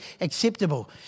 acceptable